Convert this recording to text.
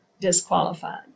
disqualified